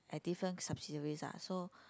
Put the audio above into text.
at different subsidiaries ah so